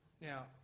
Now